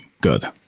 good